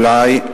אולי,